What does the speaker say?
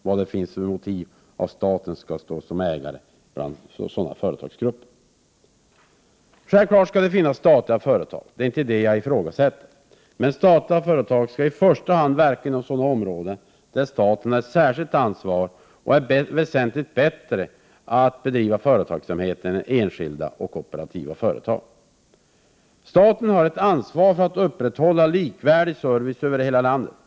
Vilka motiv finns det till att staten skall stå som ägare av sådana företagsgrupper? Självfallet skall det finnas statliga företag, det är inte detta jag ifrågasätter. Men statliga företag skall i första hand verka inom sådana områden där staten har ett särskilt ansvar och där staten är väsentligt mycket bättre på att bedriva företagsamhet än enskilda och kooperativa företag. Staten har ett ansvar för att upprätthålla likvärdig service över hela landet.